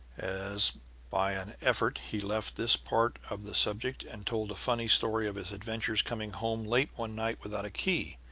as by an effort, he left this part of the subject and told a funny story of his adventures coming home late one night without a key,